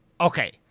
Okay